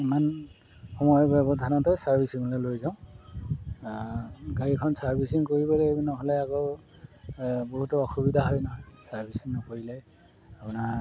ইমান সময়ৰ ব্যৱধানতে ছাৰ্ভিচিঙলে লৈ যাওঁ গাড়ীখন ছাৰ্ভিচিং কৰিব লাগিব নহ'লে আকৌ বহুতো অসুবিধা হয় নহয় ছাৰ্ভিচিং নকৰিলে আপোনাৰ